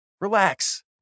Relax